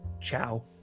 ciao